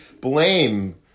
blame